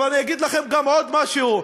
אבל אני אגיד לכם עוד משהו.